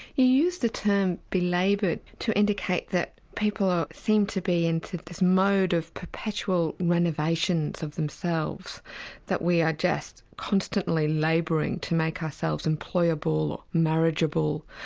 you use the term belaboured to indicate that people seem to be into this mode of perpetual renovations of themselves that we are just constantly labouring to make ourselves employable, or marriageable,